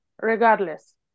regardless